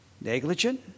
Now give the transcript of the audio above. Negligent